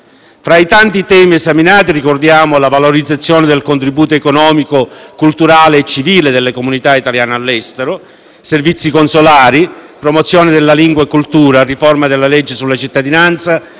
Tra i tanti temi esaminati ricordiamo la valorizzazione del contributo economico, culturale e civile delle comunità italiane all'estero, servizi consolari, promozione della lingua e cultura, riforma della legge sulla cittadinanza